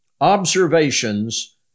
observations